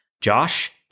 Josh